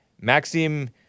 Maxim